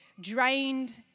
drained